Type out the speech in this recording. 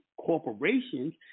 corporations